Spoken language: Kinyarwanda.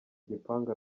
igipangu